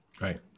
Right